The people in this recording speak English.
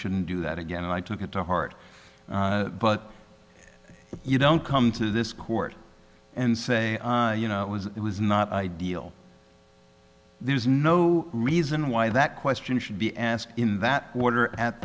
shouldn't do that again and i took it to heart but you don't come to this court and say you know it was it was not ideal there's no reason why that question should be asked in that order at